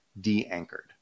de-anchored